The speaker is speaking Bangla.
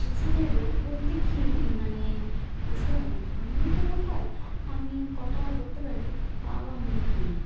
পশুদের রোগ বলতে কী মানে পশুদের অনেক ধরনেরই তো রোগ হয় আমি কটা বলতে পারি পা বা মুখ নিয়ে